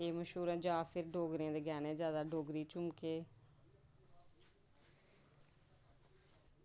एह् मश्हूर ऐ जां भी डोगरें दे गैह्ने जेह्के डोगरी झुमके